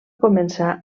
començar